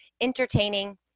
entertaining